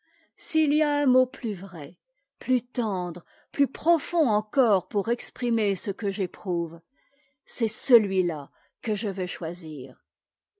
s'il y a mm mot plus vrai plus e k e plus profond encore pour exprimer ce que j'éprouve c'est celui-là que je veux choisir